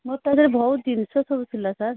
ମୋର ତା ଦେହରେ ବହୁତ ଜିନିଷ ସବୁ ଥିଲା ସାର୍